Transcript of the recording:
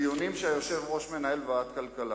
דיונים שהיושב-ראש מנהל בוועדת הכלכלה.